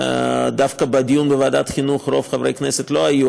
דווקא בדיון בוועדת החינוך רוב חברי הכנסת לא היו,